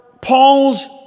Paul's